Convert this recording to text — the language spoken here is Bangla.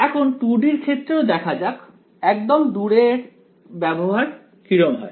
এখন 2 D এর ক্ষেত্রেও দেখা যাক একদম দূরে এর ব্যবহার কিরম হয়